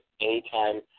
anytime